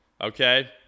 okay